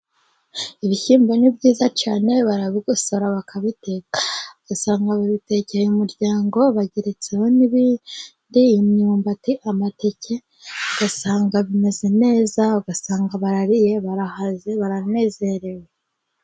Ibishyimbo ni byiza cyane, barabigosora bakabiteka. Ugaasanga babitekeye umuryango bageretseho n'ibindi, imyumbati, amateke, ugasanga bimeze neza, ugasanga barariye barahaze, baranezerewe.